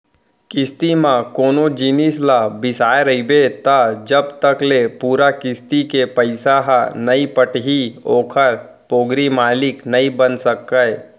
किस्ती म कोनो जिनिस ल बिसाय रहिबे त जब तक ले पूरा किस्ती के पइसा ह नइ पटही ओखर पोगरी मालिक नइ बन सकस